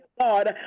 God